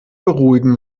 beruhigen